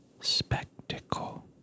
spectacle